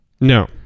No